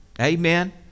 Amen